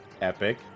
Epic